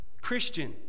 Christian